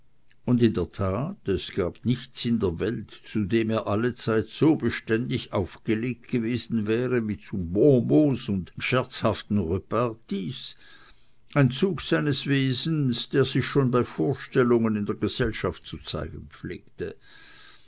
und in der tat es gab nichts in der welt zu dem er allezeit so beständig aufgelegt gewesen wäre wie zu bonmots und scherzhaften repartis ein zug seines wesens der sich schon bei vorstellungen in der gesellschaft zu zeigen pflegte